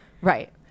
right